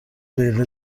دقیقه